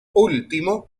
último